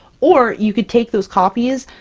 or you could take those copies,